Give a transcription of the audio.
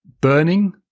burning